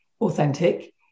authentic